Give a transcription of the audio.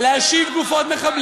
אני